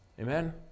Amen